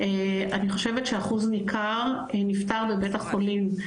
אני חושבת שאחוז ניכר נפטר בבית החולים.